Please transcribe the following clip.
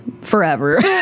forever